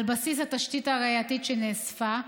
על בסיס התשתית הראייתית שנאספה,